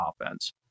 offense